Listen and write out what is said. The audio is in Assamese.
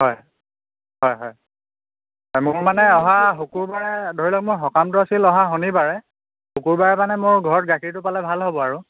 হয় হয় হয় মোক মানে অহা শুকুৰবাৰে ধৰি লওক মোৰ সকামটো আছিল অহা শনিবাৰে শুকুৰবাৰে মানে মোৰ ঘৰত গাখীৰটো পালে ভাল হ'ব আৰু